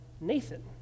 Nathan